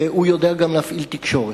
והוא גם יודע להפעיל תקשורת.